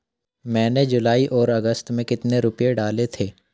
मैंने जुलाई और अगस्त में कितने रुपये डाले थे?